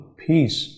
peace